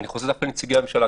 לנציגי הממשלה,